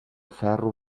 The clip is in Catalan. ferro